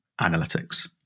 analytics